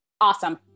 Awesome